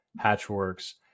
Hatchworks